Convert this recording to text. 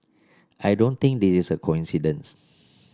I don't think this is a coincidence